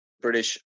British